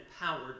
empowered